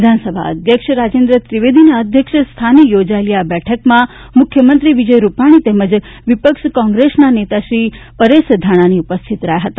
વિધાનસભાના અધ્યક્ષ રાજેન્દ્ર ત્રિવેદીના અધ્યક્ષ સ્થાને યોજાયેલી આ બેઠકમાં મુખ્યમંત્રી વિજય રૂપાલી તેમજ વિપક્ષ કોંપ્રેસના નેતા શ્રી પરેશ ધાનાણી ઉપસ્થિત રહ્યા હતા